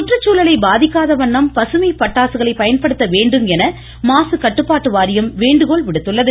சுற்றுச்சுழலை பாதிக்காத வண்ணம் பசுமை பட்டாசுகளை பயன்படுத்த வேண்டும் என மாசுகட்டுப்பாட்டு வாரியம் வேண்டுகோள் விடுத்துள்ளது